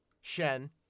Shen